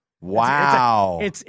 Wow